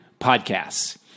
podcasts